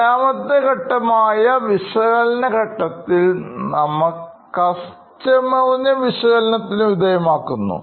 രണ്ടാമത്തെ ഘട്ടമായ വിശകലന ഘട്ടത്തിൽ നമ്മൾ കസ്റ്റമർനെവിശകലനത്തിനു വിധേയമാക്കുന്നു